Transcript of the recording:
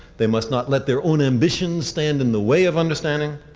they must not let their own ambitions stand in the way of understanding.